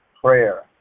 prayer